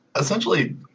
essentially